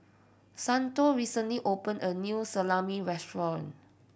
Santo recently opened a new Salami Restaurant